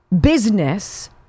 business